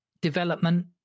development